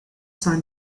son